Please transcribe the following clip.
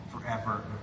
forever